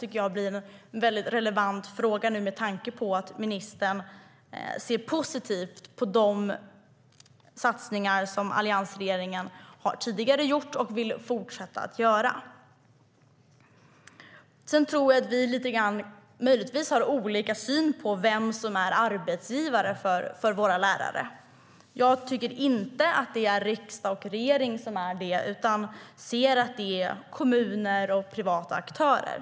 Det är en relevant fråga med tanke på att ministern ser positivt på de satsningar som Alliansen gjorde tidigare och vill fortsätta att göra. Möjligtvis har vi lite olika syn på vem som är arbetsgivare för våra lärare. Jag tycker inte att det är riksdag och regering som är det utan kommuner och privata aktörer.